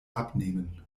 abnehmen